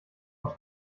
und